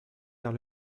vers